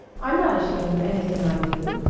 i'm not ashamed of anything i do.